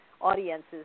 audiences